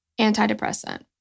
antidepressant